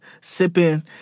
sipping